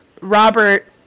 Robert